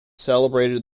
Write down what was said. celebrated